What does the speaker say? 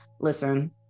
listen